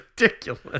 ridiculous